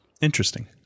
Interesting